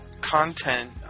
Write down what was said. content